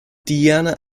diana